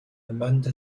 amanda